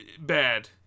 Bad